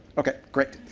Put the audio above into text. okay. great.